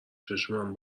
چشمم